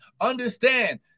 understand